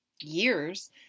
years